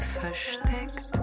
versteckt